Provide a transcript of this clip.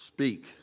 Speak